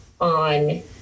on